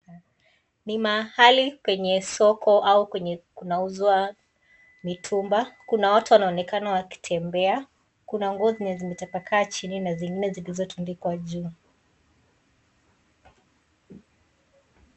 Ni mahali penye soko au kwenye kunauzwa mitumba, kuna watu wanaonekana wakitembea, kuna nguo zenye zimetapakaa chini na zingine zilizotundikwa juu.